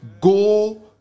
Go